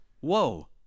Whoa